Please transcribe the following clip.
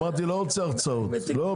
אני אמרתי שאני לא רוצה הרצאות --- תכף